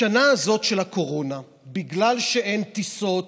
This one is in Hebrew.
בשנה הזאת של הקורונה, בגלל שאין טיסות,